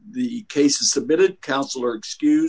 the case is submitted counselor excuse